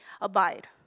abide